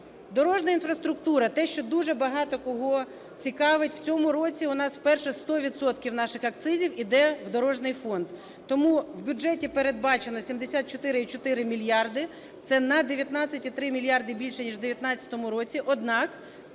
Дорожня інфраструктура, те, що дуже багато кого цікавить. В цьому році у нас вперше 100 відсотків наших акцизів йде в дорожній фонд. Тому в бюджеті передбачено 74,4 мільярда, це на 19,3 мільярда більше ніж в 19-му році.